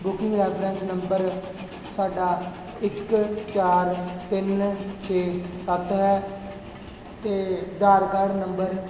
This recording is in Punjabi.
ਬੁਕਿੰਗ ਰੈਫਰੈਂਸ ਨੰਬਰ ਸਾਡਾ ਇੱਕ ਚਾਰ ਤਿੰਨ ਛੇ ਸੱਤ ਹੈ ਅਤੇ ਅਧਾਰ ਕਾਰਡ ਨੰਬਰ